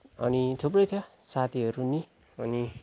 अनि थुप्रै थियो साथीहरू पनि अनि